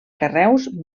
carreus